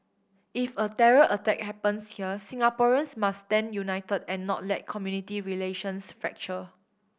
if a terror attack happens here Singaporeans must stand united and not let community relations fracture